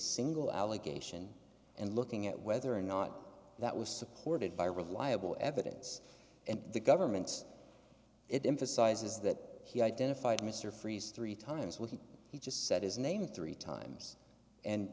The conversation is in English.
single allegation and looking at whether or not that was supported by reliable evidence and the government's it emphasizes that he identified mr freeze three times when he he just said his name three times and